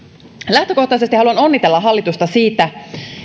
lähtökohtaisesti haluan onnitella hallitusta siitä